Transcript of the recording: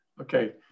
Okay